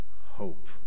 hope